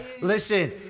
Listen